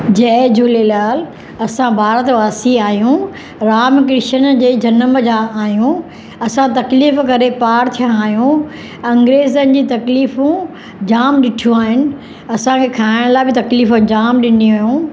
जय झूलेलाल असां भारत वासी आहियूं राम कृष्ण जे जनमु जा आहियूं असां तकलीफ़ करे पारि थिया आहियूं अंग्रेजनि जी तकलीफ़ू जाम ॾिठियूं आहिनि असांखे खाइण लाइ बि तकलीफ़ जामु ॾिनी हुयूं